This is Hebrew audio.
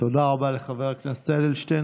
תודה רבה לחבר הכנסת אדלשטיין.